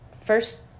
first